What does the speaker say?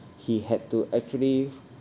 he had to actually